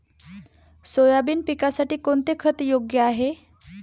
Soybean पिकासाठी कोणते खत योग्य आहे?